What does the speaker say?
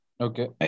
Okay